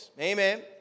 Amen